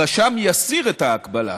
הרשם יסיר את ההגבלה.